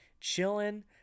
chilling